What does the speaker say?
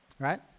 Right